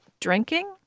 Drinking